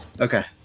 Okay